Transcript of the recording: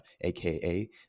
aka